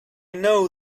know